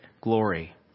glory